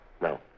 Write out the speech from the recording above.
No